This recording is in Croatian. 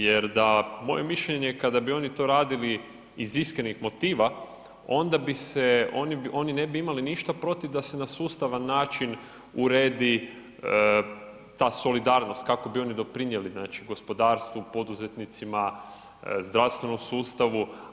Jer moje mišljenje kada bi oni to radili iz iskrenih motiva onda oni ne bi imali ništa protiv da se na sustavan način uredi ta solidarnost kako bi oni doprinijeli gospodarstvu, poduzetnicima, zdravstvenom sustavu.